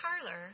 parlor